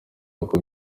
uko